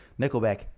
Nickelback